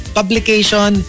publication